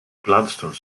gladstone